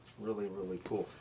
really, really cool.